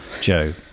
Joe